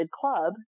club